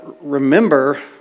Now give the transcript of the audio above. remember